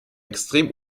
extrem